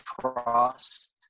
trust